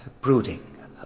brooding